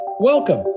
Welcome